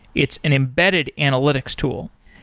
it's an embedded analytics tool.